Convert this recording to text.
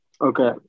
Okay